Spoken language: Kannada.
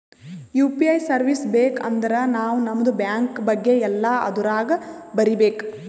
ಯು ಪಿ ಐ ಸರ್ವೀಸ್ ಬೇಕ್ ಅಂದರ್ ನಾವ್ ನಮ್ದು ಬ್ಯಾಂಕ ಬಗ್ಗೆ ಎಲ್ಲಾ ಅದುರಾಗ್ ಬರೀಬೇಕ್